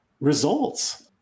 results